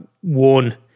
one